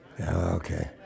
Okay